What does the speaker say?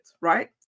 right